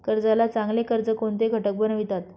कर्जाला चांगले कर्ज कोणते घटक बनवितात?